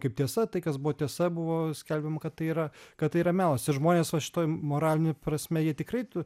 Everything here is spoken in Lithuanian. kaip tiesa tai kas buvo tiesa buvo skelbiama kad tai yra kad tai yra melas ir žmonės va šitoj moraline prasme jie tikrai tu